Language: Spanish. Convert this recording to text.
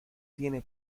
tiene